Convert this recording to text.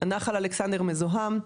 נחל אלכסנדר מזוהם,